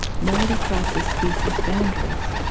melody crosses species boundaries,